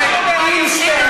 אינסטנט.